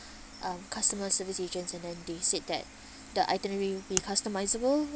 um customer service agents and then they said that the itinerary will be customisable